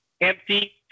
empty